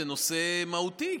זה נושא מהותי,